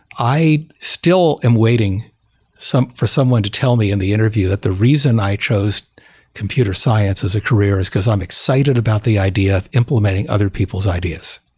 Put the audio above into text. i still am waiting for someone to tell me in the interview that the reason i chose computer science as a career is because i'm excited about the idea of implementing other people's ideas.